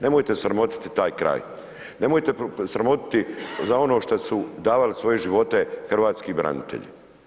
Nemojte sramotiti taj kraj, nemojte sramotiti za ono šta su davali svoje živote Hrvatski branitelji.